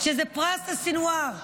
שזה פרס לסנוואר.